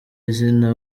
izina